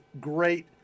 great